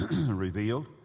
revealed